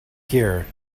here